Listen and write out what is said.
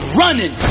running